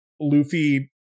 Luffy